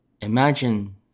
imagine